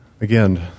again